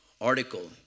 article